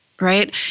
right